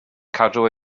cadw